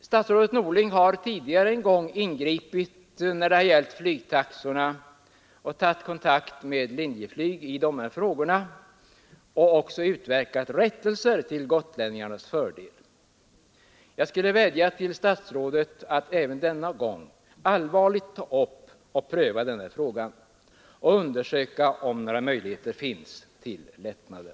Statsrådet Norling har tidigare en gång ingripit när det har gällt flygtaxorna och tagit kontakt med Linjeflyg i de här frågorna och även utverkat rättelser till gotlänningarnas fördel. Jag vill vädja till statsrådet att även denna gång allvarligt ta upp och pröva den här frågan och undersöka om några möjligheter finns till lättnader.